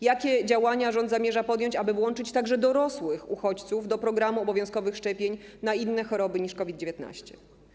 Jakie działania rząd zamierza podjąć, aby włączyć także dorosłych uchodźców do programu obowiązkowych szczepień na inne choroby niż COVID-19?